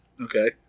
Okay